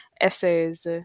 essays